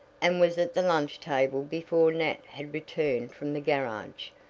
and was at the lunch-table before nat had returned from the garage,